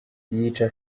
yica